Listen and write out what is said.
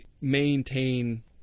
maintain